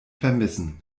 vermissen